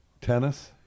tennis